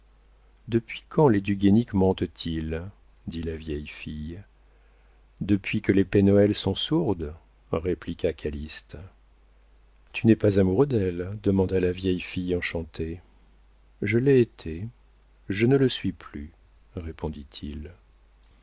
depuis quand les du guénic mentent ils dit la vieille fille depuis que les pen hoël sont sourdes répliqua calyste tu n'es pas amoureux d'elle demanda la vieille fille enchantée je l'ai été je ne le suis plus répondit-il